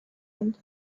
end